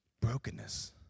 brokenness